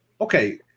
okay